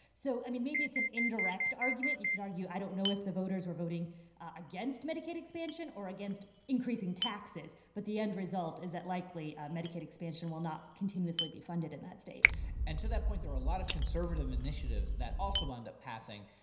so, i mean, maybe it's an indirect argument. you could argue, i don't know if the voters were voting against medicaid expansion or against increasing taxes. but the end result is that, likely, medicaid expansion will not continuously be funded in that state and to that point, there are a lot of conservative initiatives that also wound up passing.